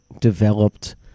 developed